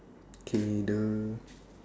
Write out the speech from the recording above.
okay the